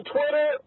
Twitter